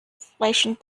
flashing